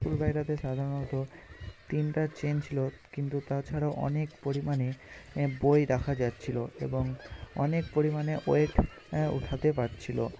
school ব্যাগটাতে সাধারণত তিনটা চেন ছিলো কিন্তু তাছাড়াও অনেক পরিমাণে বই রাখা যাচ্ছিলো এবং অনেক পরিমাণে ওয়েট ওঠাতে পারছিলো